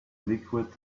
liquid